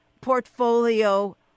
portfolio